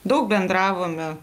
daug bendravome